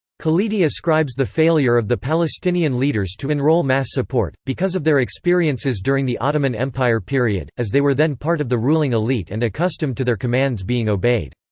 khalidi ascribes the failure of the palestinian leaders to enroll mass support, because of their experiences during the ottoman empire period, as they were then part of the ruling elite and accustomed to their commands being obeyed.